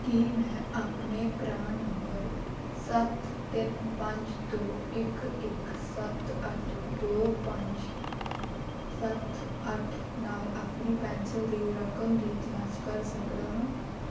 ਕੀ ਮੈਂ ਆਪਣੇ PRAN number ਸੱਤ ਤਿੰਨ ਪੰਜ ਦੋ ਇੱਕ ਇੱਕ ਸੱਤ ਅੱਠ ਦੋ ਪੰਜ ਸੱਤ ਅੱਠ ਨਾਲ ਆਪਣੀ ਪੈਨਸ਼ਲ ਦੀ ਰਕਮ ਦੀ ਜਾਂਚ ਕਰ ਸਕਦਾ ਹਾਂ